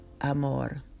amor